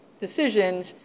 decisions